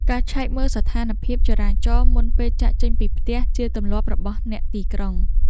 ការឆែកមើលស្ថានភាពចរាចរណ៍មុនពេលចាកចេញពីផ្ទះ ជាទម្លាប់របស់អ្នកទីក្រុង។